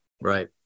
Right